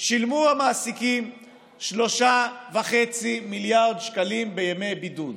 שילמו המעסיקים 3.5 מיליארד שקלים בימי בידוד.